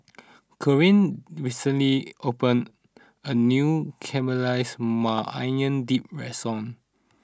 Corinne recently opened a new Caramelized Maui Onion Dip restaurant